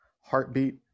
heartbeat